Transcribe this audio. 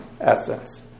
essence